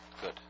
Good